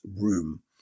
room